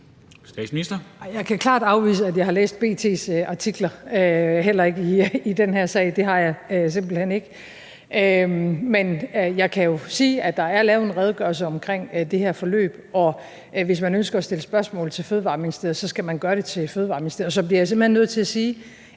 Nej, jeg kan klart afvise, at jeg har læst B.T.'s artikler, heller ikke i den her sag. Det har jeg simpelt hen ikke. Men jeg kan jo sige, at der er lavet en redegørelse omkring det her forløb, og hvis man ønsker at stille spørgsmål til Fødevareministeriet, skal man gøre det til Fødevareministeriet. Så bliver jeg simpelt hen nødt til at sige,